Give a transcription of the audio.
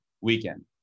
weekend